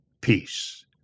peace